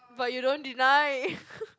but you don't deny